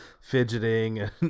fidgeting